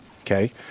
okay